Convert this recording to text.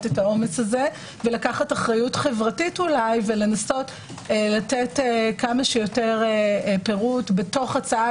את העומס הזה ולקחת אחריות חברתית ולנסות לתת כמה שיותר פירוט בהצעה,